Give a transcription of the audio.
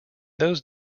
those